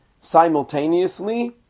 simultaneously